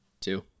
Two